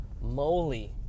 moly